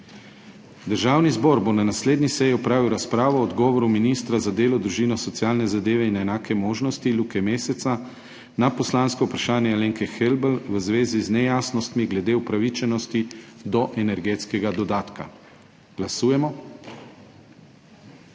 Državni zbor bo na naslednji seji opravil razpravo o odgovoru ministra za delo, družino, socialne zadeve in enake možnosti Luke Mesca na poslansko vprašanje Alenke Helbl v zvezi z nejasnostmi glede upravičenosti do energetskega dodatka. Glasujemo.